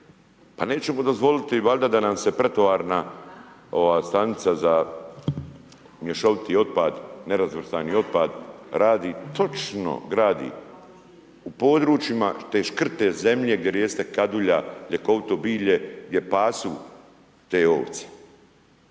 Pa nećemo dozvoliti valjda da nam se pretovarna stanica za mješoviti otpad, nerazvrstani otpad radi točno gradi u područjima te škrte zemlje gdje raste kadulja, ljekovito bilje, gdje pasu te ovce.